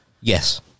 Yes